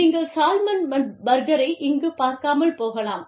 நீங்கள் சால்மன் பர்கரை இங்கு பார்க்காமல் போகலாம்